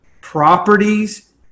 properties